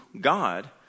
God